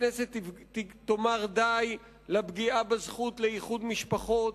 הכנסת תאמר די לפגיעה בזכות לאיחוד משפחות.